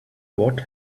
what